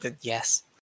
yes